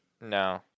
No